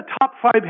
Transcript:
top-five